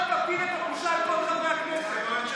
אל תפיל את הבושה על כל חברי הכנסת.